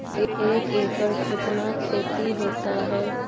एक एकड़ कितना खेति होता है?